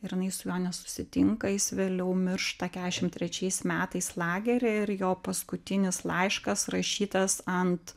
ir jinai su juo nesusitinka jis vėliau miršta keturiasdešimt trečiais metais lagery ir jo paskutinis laiškas rašytas ant